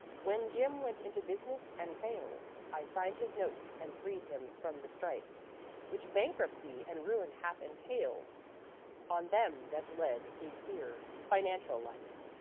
when jim went into business and failed, i signed his notes and freed him from the strife which bankruptcy and ruin hath entailed on them that lead a queer financial life.